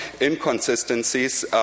inconsistencies